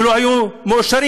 שלא היו מאושרים.